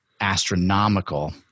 astronomical